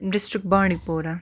district بانٛڈی پورہ